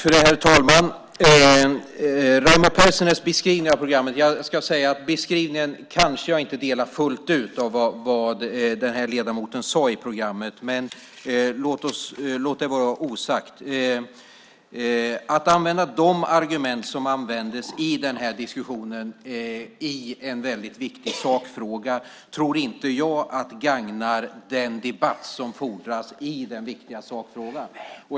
Herr talman! Jag delar kanske inte fullt ut Raimo Pärssinens beskrivning av vad denna ledamot sade i detta program. Men låt det vara osagt. Att använda de argument som användes i denna diskussion i en väldigt viktig sakfråga tror jag inte gagnar den debatt som fordras i den viktiga sakfrågan.